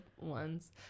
ones